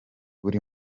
buri